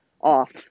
off